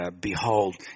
behold